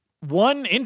one